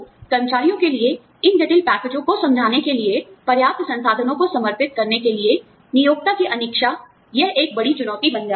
तो कर्मचारियों के लिए इन जटिल पैकेजों को समझाने के लिए पर्याप्त संसाधनों को समर्पित करने के लिए नियोक्ता की अनिच्छा यह एक बड़ी चुनौती बन जाती है